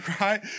right